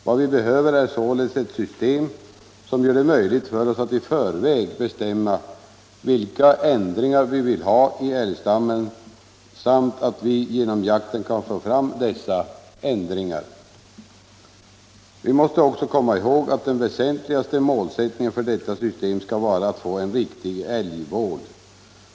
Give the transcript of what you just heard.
Vad vi behöver är således ett system, som gör det möjligt för oss att i förväg bestämma vilka ändringar vi skall ha i älgstammen och sedan genom jakten få fram dessa ändringar. Vi måste också komma ihåg att den väsentligaste målsättningen för detta system skall vara att få en riktig älgvård.